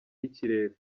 y’ikirere